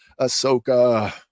ahsoka